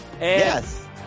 Yes